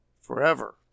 forever